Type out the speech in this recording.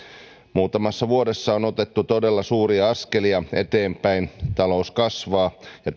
muutamassa vuodessa on otettu todella suuria askelia eteenpäin talous kasvaa ja